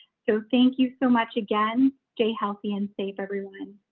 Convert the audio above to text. so thank you so much. again, stay healthy and safe everyone,